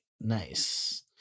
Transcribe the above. Nice